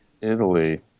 Italy